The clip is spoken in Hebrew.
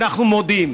אנחנו מודים.